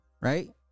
Right